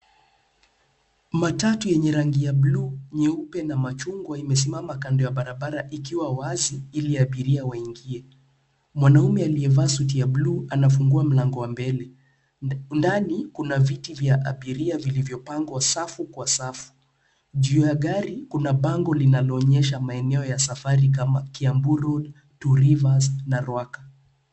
Matatu yenye rangi ya buluu, nyeupe na machungwa imesimama kando ya barabara ikiwa wazi ili abiria waingie, mwanaume aliyevaa suti ya buluu anafungua mlango wa mbele ndani kuna viti vya abiria vilivyopangwa safu kwa safu, juu ya gari kuna bango linaloonyesha maeneo ya safari kama Kiambu road ,Two Rivers na Ruaka .